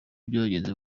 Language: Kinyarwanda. byagenze